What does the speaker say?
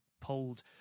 pulled